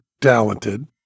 talented